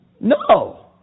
No